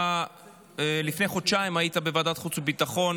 אתה לפני חודשיים היית בוועדת החוץ והביטחון